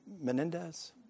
Menendez